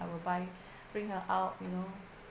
I will buy bring her out you know